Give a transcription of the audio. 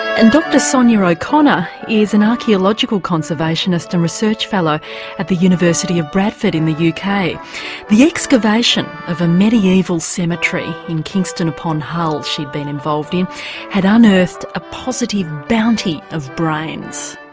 and dr sonia o'connor is an archaeological conservationist and research fellow at the university of bradford in the uk. kind of the excavation of a mediaeval cemetery in kingston upon hull she'd been involved in had unearthed a positive bounty of brains.